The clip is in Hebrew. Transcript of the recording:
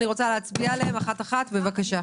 אני רוצה להצביע עליהן אחת, אחת בבקשה.